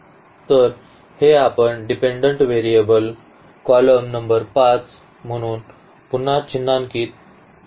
तर हे आपण डिपेंडंट व्हेरिएबल कॉलम नंबर 5 म्हणून पुन्हा चिन्हांकित केले आहे